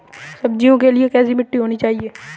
सब्जियों के लिए कैसी मिट्टी होनी चाहिए?